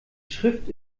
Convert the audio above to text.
schrift